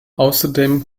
außerdem